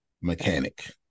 mechanic